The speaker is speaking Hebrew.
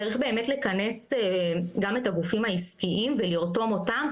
צריך באמת לכנס גם את הגופים העסקיים ולרתום אותם,